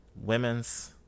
women's